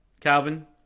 Calvin